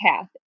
path